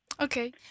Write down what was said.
Okay